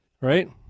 Right